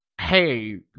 hey